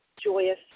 joyous